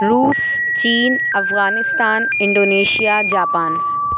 روس چین Afghanistan Indonesia Japan